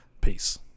Peace